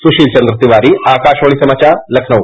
सुशील चंद्र तिवारी आकाशवाणी समाचार लखनऊ